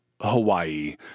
Hawaii